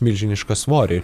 milžinišką svorį